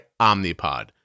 Omnipod